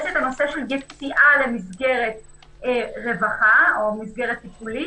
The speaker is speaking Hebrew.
יש את הנושא של יציאה למסגרת רווחה או מסגרת טיפולית